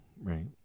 Right